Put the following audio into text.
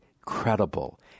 credible